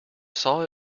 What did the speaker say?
saw